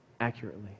accurately